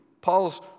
Paul's